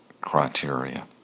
criteria